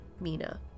Mina